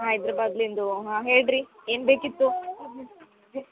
ಹೈದ್ರ್ಬಾದ್ಲಿಂದು ಹಾಂ ಹೇಳ್ರಿ ಏನು ಬೇಕಿತ್ತು